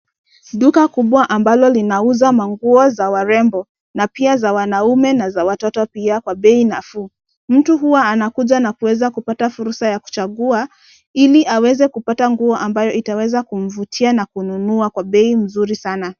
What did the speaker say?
Duka kubwa ambalo linauza manguo za warembo na pia za wanaume na za watoto pia kwa bei nafuu. Mtu huwa anakuja na kuweza kupata fursa ya kuchagua ili aweze kupata nguo ambayo itaweza kumvutia na kununua kwa bei mzuri sana.